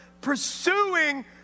pursuing